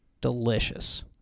Delicious